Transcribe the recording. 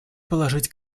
положить